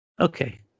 Okay